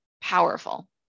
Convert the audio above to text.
Powerful